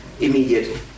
immediate